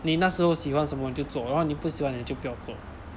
你那时候喜欢什么你就做然后你不喜欢的就不要做